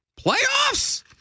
Playoffs